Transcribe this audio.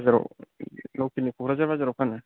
बाजाराव लखेलनि क'क्राझार बाजाराव फानो